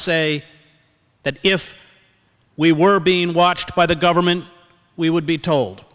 say that if we were being watched by the government we would be told